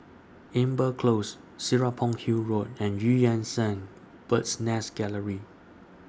Amber Close Serapong Hill Road and EU Yan Sang Bird's Nest Gallery